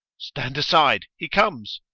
stand aside he comes.